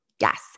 Yes